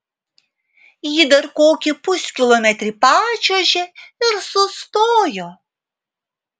ji dar kokį puskilometrį pačiuožė ir sustojo